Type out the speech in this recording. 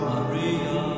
Maria